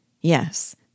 Yes